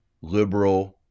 liberal